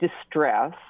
distress